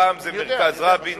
פעם זה מרכז רבין,